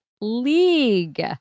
league